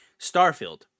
Starfield